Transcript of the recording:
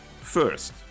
First